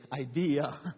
idea